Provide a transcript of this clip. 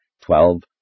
twelve